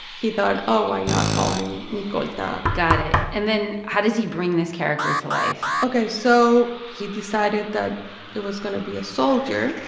he thought, oh, why not call him micolta? got it. and then how does he bring this character to life? ok. so he decided that it was going to be a soldier